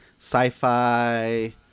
sci-fi